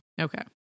Okay